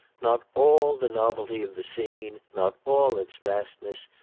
not all the novelty of the scene, not all its vastness,